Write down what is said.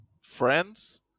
friends